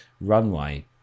runway